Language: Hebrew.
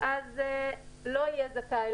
הוא לא יהיה זכאי